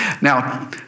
Now